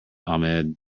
ahmed